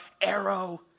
arrow